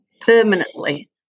permanently